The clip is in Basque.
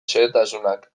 xehetasunak